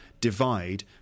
divide